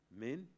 Men